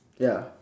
ya